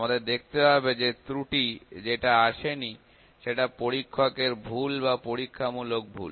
আমাদের দেখতে হবে যে ত্রুটি যেটা আসেনি সেটা পরীক্ষকের ভুল বা পরীক্ষা মূলক ভুল